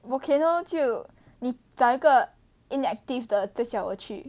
volcano 就你找个 inactive 的就叫我去